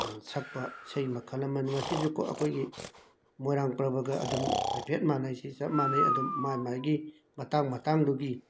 ꯁꯛꯄ ꯏꯁꯩ ꯃꯈꯜ ꯑꯃꯅꯤ ꯃꯁꯤꯁꯨ ꯀꯣ ꯑꯩꯈꯣꯏꯒꯤ ꯃꯣꯏꯔꯥꯡ ꯄ꯭ꯔꯕꯒ ꯑꯗꯨꯝ ꯍꯥꯏꯐꯦꯠ ꯃꯥꯅꯩ ꯁꯤ ꯆꯞ ꯃꯥꯅꯩ ꯑꯗꯨꯝ ꯃꯥꯏ ꯃꯥꯏꯒꯤ ꯃꯇꯥꯡ ꯃꯇꯥꯡꯗꯨꯒꯤ